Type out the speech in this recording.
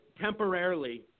temporarily